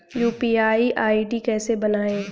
UPI ID कैसे बनाएं?